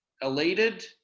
elated